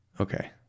okay